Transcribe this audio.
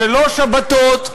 שלא שבתות,